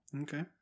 Okay